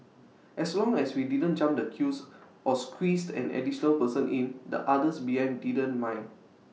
as long as we didn't jump the queues or squeezed an additional person in the others behind didn't mind